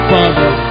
Father